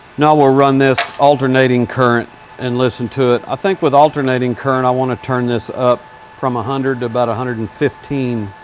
now we'll run this alternating current and listen to it. i think with alternating current, i want to turn this up from a hundred to about a hundred and fifteen.